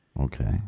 Okay